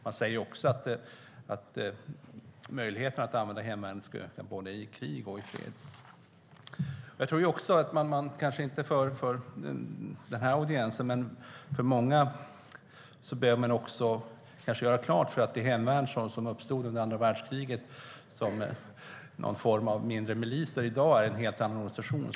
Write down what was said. Man säger också att möjligheten att använda hemvärnet ska öka både i krig och i fred. Även om det inte gäller den här församlingen tror jag kanske också att man för många behöver göra klart att det hemvärn som uppstod under andra världskriget som någon form av mindre miliser i dag är en helt annan organisation.